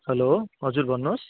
hello हजुर भन्नुहोस्